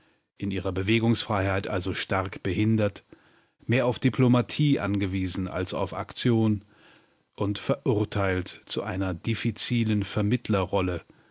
in ihrer bewegungsfreiheit also stark behindert mehr auf diplomatie angewiesen als auf aktion und verurteilt zu einer diffizilen vermittlerrolle